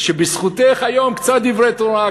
שבזכותך יש היום קצת דברי תורה,